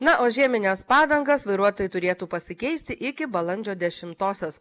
na o žiemines padangas vairuotojai turėtų pasikeisti iki balandžio dešimtosios